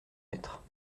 être